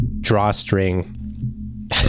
drawstring